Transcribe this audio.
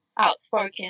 outspoken